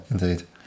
indeed